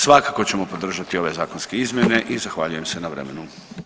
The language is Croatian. Svakako ćemo podržati ove zakonske izmjene i zahvaljujem se na vremenu.